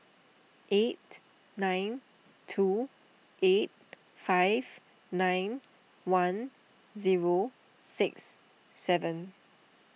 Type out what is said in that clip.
eight nine two eight five nine one zero six seven